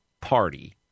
Party